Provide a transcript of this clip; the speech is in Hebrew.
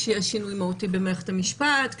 שינוי במערכת המשפט,